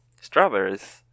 Strawberries